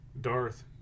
Darth